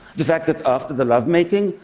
the fact that after the lovemaking,